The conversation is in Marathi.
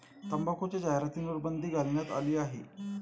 तंबाखूच्या जाहिरातींवर बंदी घालण्यात आली आहे